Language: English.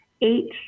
eight